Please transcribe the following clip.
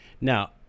Now